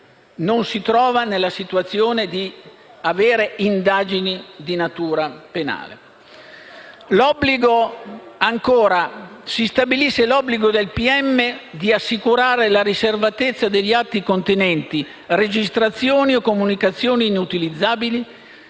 non si trova nella situazione di avere indagini di natura penale.